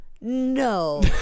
No